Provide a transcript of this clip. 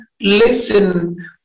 listen